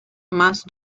más